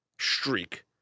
streak